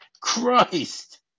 Christ